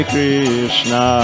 Krishna